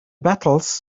battles